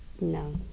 No